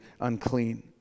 unclean